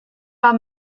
war